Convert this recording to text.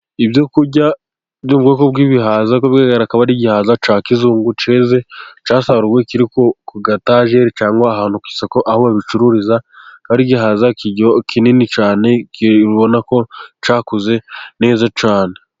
Ibyo kurya by'ubwoko bw'ibihaza uko bigaragara akaba ari igihaza cya kizungu cyeze cyasaruwe, kiri ku gatajeri cyangwa ahantu ku isoko aho babicururiza, ari igihaza kinini cyane ubona ko cyakuze neza cyane.